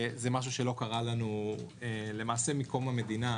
זה משהו שלא קרה לנו למעשה מקום המדינה.